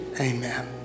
Amen